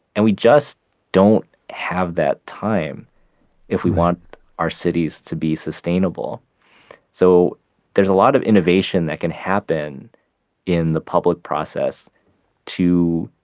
and we just don't have that time if we want our cities to be sustainable so there's a lot of innovation that can happen in the public process to